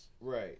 Right